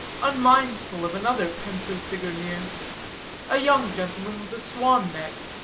unmindful of another pensive figure near a young gentleman with a swan-neck,